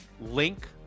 link